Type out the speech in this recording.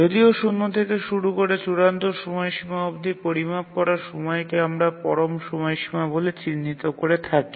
যদিও শূন্য থেকে শুরু করে চূড়ান্ত সময়সীমা অবধি পরিমাপ করা সময়কে আমরা পরম সময়সীমা বলে চিহ্নিত করে থাকি